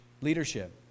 leadership